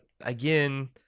again